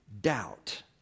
doubt